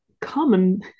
common